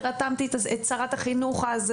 ורתמתי את שרת החינוך דאז,